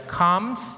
comes